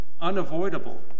unavoidable